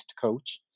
coach